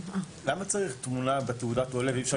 למה צריך תמונה בתעודת עולה ואי אפשר